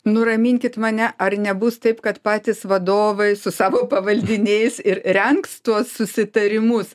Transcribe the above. nuraminkit mane ar nebus taip kad patys vadovai su savo pavaldiniais ir rengs tuos susitarimus